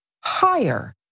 higher